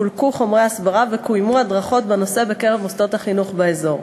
חולקו חומרי הסברה וקוימו הדרכות בנושא במוסדות החינוך באזור.